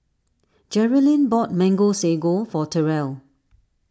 Jerrilyn bought Mango Sago for Terell